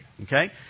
Okay